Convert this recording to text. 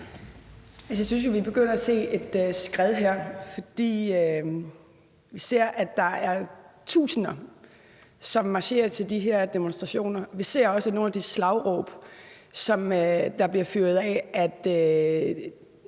vi begynder at se et skred her, for vi ser, at der er tusinder, som marcherer til de her demonstrationer, og vi ser også, at nogle af de slagord, som bliver fyret af, går